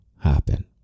happen